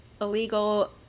illegal